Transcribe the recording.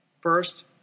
First